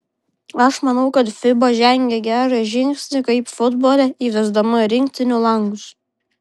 aš manau kad fiba žengė gerą žingsnį kaip futbole įvesdama rinktinių langus